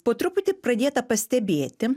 po truputį pradėta pastebėti